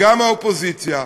וגם האופוזיציה,